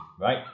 right